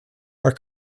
are